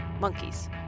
monkeys